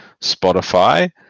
Spotify